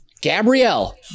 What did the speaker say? Gabrielle